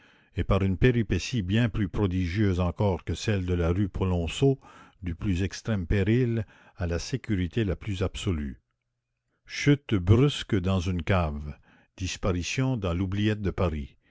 et par une péripétie bien plus prodigieuse encore que celle de la rue polonceau du plus extrême péril à la sécurité la plus absolue chute brusque dans une cave disparition dans l'oubliette de paris